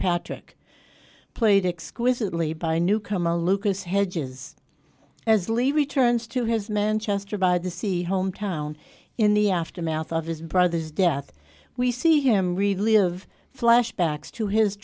patrick played exquisitely by newcomer lucas hedges as lead returns to his manchester by the sea hometown in the aftermath of his brother's death we see him relive flashbacks to his